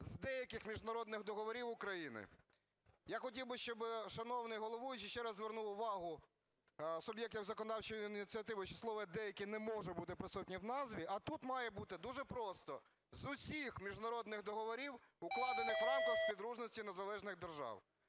з деяких міжнародних договорів України". Я хотів би, щоби шановний головуючий ще раз звернув увагу суб'єктів законодавчої ініціативи, що слово "деякі" не може бути присутнє в назві, а тут має бути дуже просто: "з усіх міжнародних договорів, укладених в рамках Співдружності Незалежних Держав".